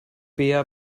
bea